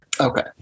Okay